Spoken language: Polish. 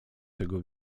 tego